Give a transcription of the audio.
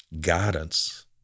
guidance